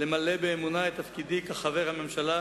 למלא באמונה את תפקידי כחבר הממשלה